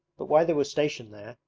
but why they were stationed there,